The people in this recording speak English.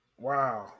Wow